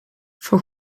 van